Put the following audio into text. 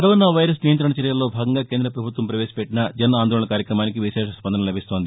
corona virus నియంతణ చర్యల్లో భాగంగా కేంద్రప్రభుత్వం పవేశపెట్టిన జన్ ఆందోళన్ కార్యక్రమానికి విశేష స్పందన లభిస్తోంది